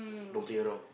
don't play around